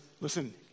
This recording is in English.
listen